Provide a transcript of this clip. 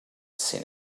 seen